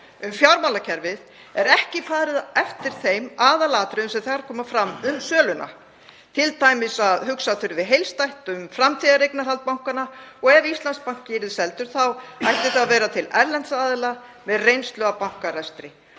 um fjármálakerfið er ekki farið eftir þeim aðalatriðum sem þar koma fram um söluna, t.d. að hugsa þurfi heildstætt um framtíðareignarhald bankanna og ef Íslandsbanki yrði seldur þá ætti það að vera til erlends aðila með reynslu af bankarekstri.